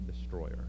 destroyer